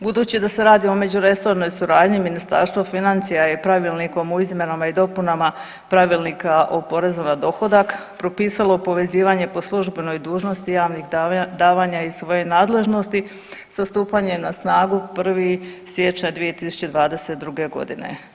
Budući da se radi o međuresornoj suradnji Ministarstvo financija je Pravilnikom o izmjenama i dopunama Pravilnika o porezu na dohodak propisalo povezivanje po službenoj dužnosti javnih davanja iz svoje nadležnosti sa stupanjem na snagu 1. siječnja 2022. godine.